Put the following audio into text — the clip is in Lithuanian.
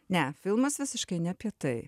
ne filmas visiškai ne apie tai